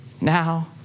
now